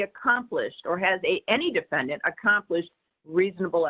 accomplished or has a any defendant accomplished reasonable